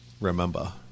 remember